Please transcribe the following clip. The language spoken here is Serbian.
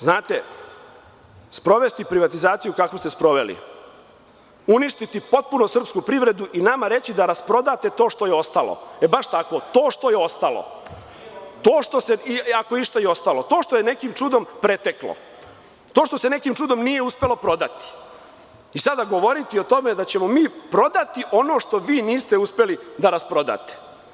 Znate, sprovesti privatizaciju kakvu ste sproveli, uništiti potpuno srpsku privredu i nama reći da rasprodamo to što je ostalo, baš tako, to što je ostalo, ako je išta i ostalo, to što je nekim čudom preteklo, to što se nekim čudom nije uspelo prodati, pa sada govoriti da ćemo mi prodati ono što vi niste uspeli da rasprodate.